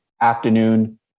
afternoon